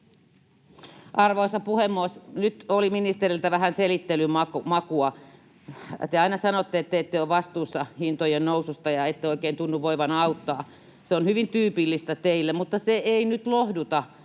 Arvoisa puhemies! Nyt oli ministeriltä vähän selittelyn makua. Te aina sanotte, että te ette ole vastuussa hintojen noususta, ja ette oikein tunnu voivan auttaa. Se on hyvin tyypillistä teille, mutta se ei nyt lohduta